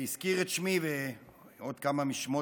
הזכיר את שמי ושמות עוד כמה מחבריי.